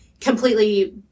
completely